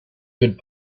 good